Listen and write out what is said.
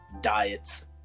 diets